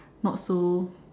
not so